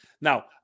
now